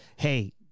Hey